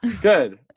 Good